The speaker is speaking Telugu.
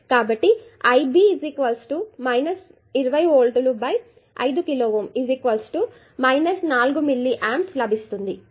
కాబట్టి ib 20V 5కిలో 4మిల్లి ఆప్మ్స్ లభిస్తుంది